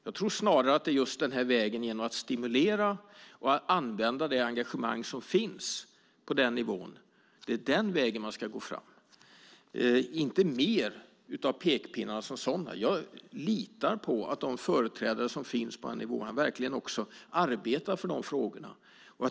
Jag tror snarare att det handlar om att just stimulera och använda det engagemang som finns på den nivån. Det är den vägen man ska gå fram. Vi ska inte ha mer av pekpinnar som sådana. Jag litar på att de företrädare som finns på de här nivåerna verkligen också arbetar för dessa frågor.